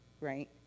right